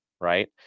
right